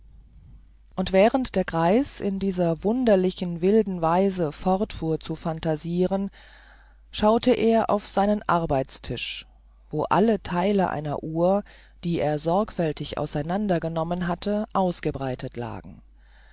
und während der greis in dieser wunderlich wilden weise fortfuhr zu phantasiren schaute er auf seinen arbeitstisch wo alle theile einer uhr die er sorgfältig auseinander genommen hatte ausgebreitet lagen